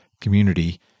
community